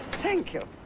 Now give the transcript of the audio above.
thank you